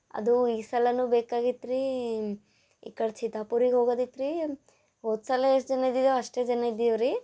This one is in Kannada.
ಅದು ಈ ಸಲವೂ ಬೇಕಾಗಿತ್ತು ರೀ ಈ ಕಡೆ ಚಿತ್ತಾಪುರಿಗೆ ಹೋಗದಿತ್ತು ರೀ ಹೋದ ಸಲ ಎಷ್ಟು ಜನ ಇದ್ದೆವೋ ಅಷ್ಟೇ ಜನ ಇದ್ದೀವಿ ರಿ